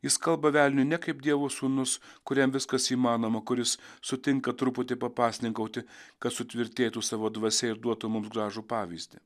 jis kalba velniui ne kaip dievo sūnus kuriam viskas įmanoma kuris sutinka truputį papasninkauti kad sutvirtėtų savo dvasia ir duotų mums gražų pavyzdį